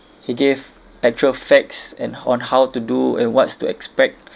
he gave actual facts and on how to do and what's to expect